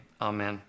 amen